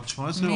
לא